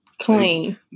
clean